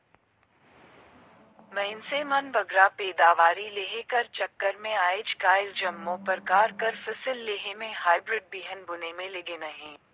मइनसे मन बगरा पएदावारी लेहे कर चक्कर में आएज काएल जम्मो परकार कर फसिल लेहे में हाईब्रिड बीहन बुने में लगिन अहें